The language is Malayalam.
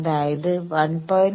അതായത് 1